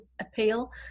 appeal